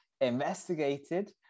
investigated